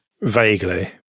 Vaguely